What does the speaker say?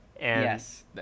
Yes